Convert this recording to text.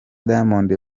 diamond